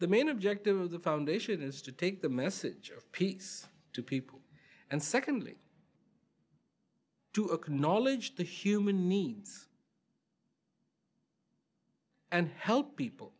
the main objective of the foundation is to take the message of peace to people and secondly to acknowledge the human needs and help people